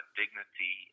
dignity